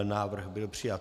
Návrh byl přijat.